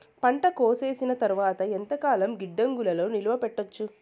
పంట కోసేసిన తర్వాత ఎంతకాలం గిడ్డంగులలో నిలువ పెట్టొచ్చు?